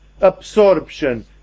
absorption